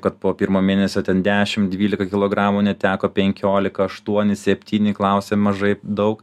kad po pirmo mėnesio ten dešim dvylika kilogramų neteko penkiolika aštuoni septyni klausi mažai daug